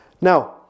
Now